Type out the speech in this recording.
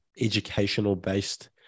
educational-based